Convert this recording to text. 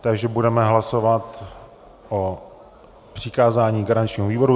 Takže budeme hlasovat o přikázání garančnímu výboru.